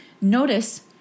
notice